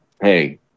hey